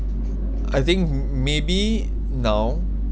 I think m~ maybe now